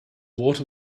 water